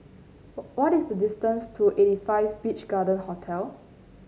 what is the distance to eighty five Beach Garden Hotel